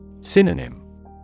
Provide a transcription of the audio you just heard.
Synonym